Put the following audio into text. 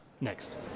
next